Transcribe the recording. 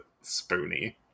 spoony